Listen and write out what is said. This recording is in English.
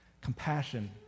Compassion